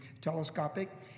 telescopic